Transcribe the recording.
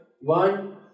one